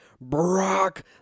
Brock